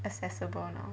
accessible now